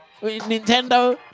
Nintendo